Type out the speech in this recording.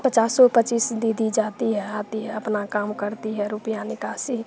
पचासो पचीस दीदी जाती है आती है अपना काम करती है रुपया निकासी